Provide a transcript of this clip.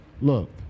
Look